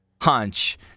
hunch